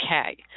Okay